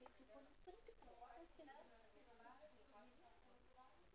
בדברים שעשינו להם דיוק,